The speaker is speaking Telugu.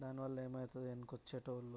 దానివల్ల ఏమైద్ది వెనుక వచ్చేవాళ్ళు